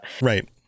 Right